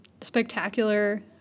spectacular